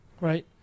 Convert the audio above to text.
Right